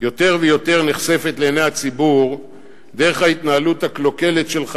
יותר ויותר נחשפת לעיני הציבור דרך ההתנהלות הקלוקלת שלך,